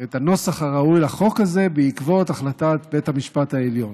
את הנוסח הראוי לחוק הזה בעקבות החלטת בית המשפט העליון,